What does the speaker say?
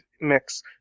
mix